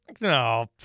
No